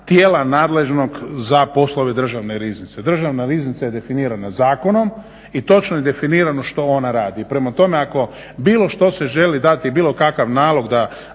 tijela nadležnog za poslove Državne riznice. Državna riznica je definirana zakonom i točno je definirano što ona radi. Prema tome, ako bilo što se želi dati, bilo kakav nalog da